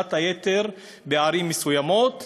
השמנת היתר בערים מסוימות,